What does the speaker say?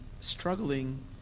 struggling